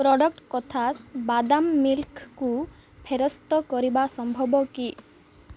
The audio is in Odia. ପ୍ରଡ଼କ୍ଟ୍ କୋଥାସ୍ ବାଦାମ୍ ମିଲ୍କ୍କୁ ଫେରସ୍ତ କରିବା ସମ୍ଭବ କି